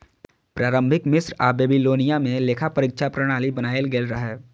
प्रारंभिक मिस्र आ बेबीलोनिया मे लेखा परीक्षा प्रणाली बनाएल गेल रहै